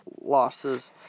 losses